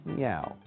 meow